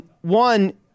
One –